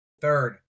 Third